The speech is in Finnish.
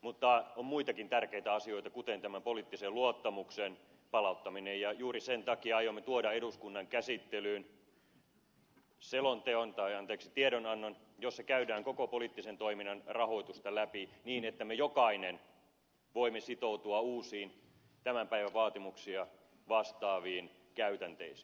mutta on muitakin tärkeitä asioita kuten tämän poliittisen luottamuksen palauttaminen ja juuri sen takia aiomme tuoda eduskunnan käsittelyyn tiedonannon jossa käydään koko poliittisen toiminnan rahoitusta läpi niin että me jokainen voimme sitoutua uusiin tämän päivän vaatimuksia vastaaviin käytänteisiin